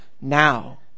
now